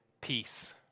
peace